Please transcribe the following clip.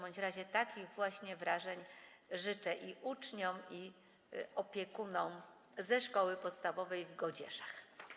W każdym razie takich właśnie wrażeń życzę i uczniom, i opiekunom uczniów Szkoły Podstawowej w Godzieszach.